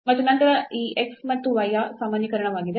ಮತ್ತು ನಂತರ ಇದು x ಮತ್ತು y ಯ ಸಾಮಾನ್ಯೀಕರಣವಾಗಿದೆ